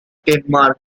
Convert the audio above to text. denmark